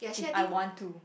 if I want to